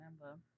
remember